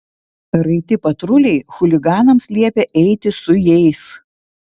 raiti patruliai chuliganams liepė eiti su jais